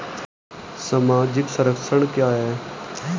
सामाजिक संरक्षण क्या है?